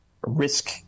risk